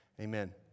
amen